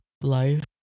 life